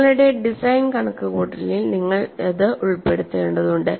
നിങ്ങളുടെ ഡിസൈൻ കണക്കുകൂട്ടലിൽ നിങ്ങൾ അത് ഉൾപ്പെടുത്തേണ്ടതുണ്ട്